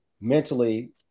mentally